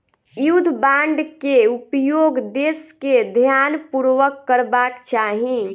युद्ध बांड के उपयोग देस के ध्यानपूर्वक करबाक चाही